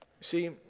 See